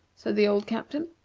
said the old captain.